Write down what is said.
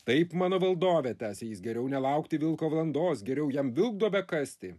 taip mano valdove tęsė jis geriau nelaukti vilko valandos geriau jam vilkduobę kasti